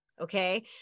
Okay